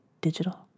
Digital